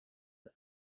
the